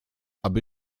aby